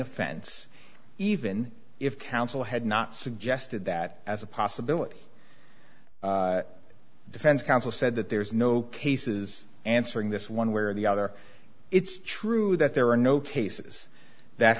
offense even if counsel had not suggested that as a possibility defense counsel said that there is no cases answering this one way or the other it's true that there are no cases that